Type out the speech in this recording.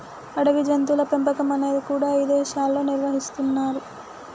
అడవి జంతువుల పెంపకం అనేది కూడా ఇదేశాల్లో నిర్వహిస్తున్నరు